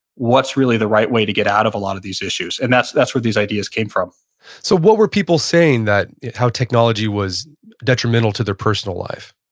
what's really the right way to get out of a lot of these issues? and that's that's where these ideas came from so what were people saying that how technology was detrimental to their personal life?